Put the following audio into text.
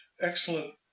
excellent